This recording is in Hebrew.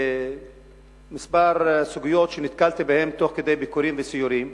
כמה סוגיות שנתקלתי בהן תוך כדי ביקורים וסיורים.